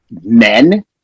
men